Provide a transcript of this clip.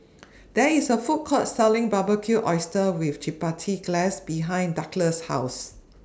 There IS A Food Court Selling Barbecued Oysters with Chipotle Glaze behind Douglas' House